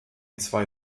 zwei